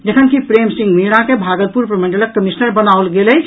जखनकि प्रेम सिंह मीणा केँ भागलपुर प्रमंडलक कमिश्नर बनाओल गेल अछि